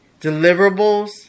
deliverables